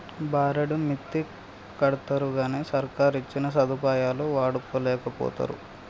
బారెడు మిత్తికడ్తరుగని సర్కారిచ్చిన సదుపాయాలు వాడుకోలేకపోతరు